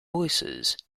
voices